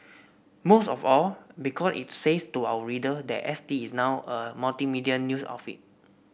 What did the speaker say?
most of all because it says to our reader that S T is now a multimedia news outfit